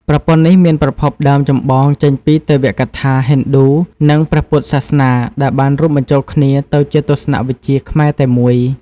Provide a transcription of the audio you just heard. ប្រព័ន្ធនេះមានប្រភពដើមចម្បងចេញពីទេវកថាហិណ្ឌូនិងព្រះពុទ្ធសាសនាដែលបានរួមបញ្ចូលគ្នាទៅជាទស្សនៈវិជ្ជាខ្មែរតែមួយ។